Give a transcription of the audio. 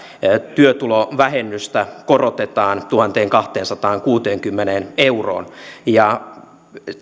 työtulovähennystä korotetaan tuhanteenkahteensataankuuteenkymmeneen euroon ja